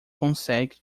consegue